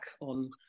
on